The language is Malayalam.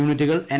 യൂണിറ്റുകൾ എൻ